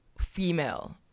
female